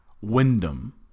Wyndham